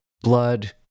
blood